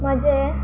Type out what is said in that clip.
म्हजे